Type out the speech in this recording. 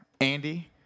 Andy